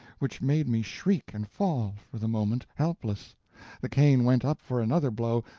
which made me shriek and fall, for the moment, helpless the cane went up for another blow,